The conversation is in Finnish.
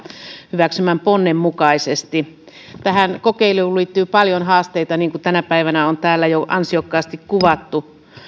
hyväksymän ponnen mukaisesti tähän kokeiluun liittyy paljon haasteita niin kuin tänä päivänä on täällä jo ansiokkaasti kuvattu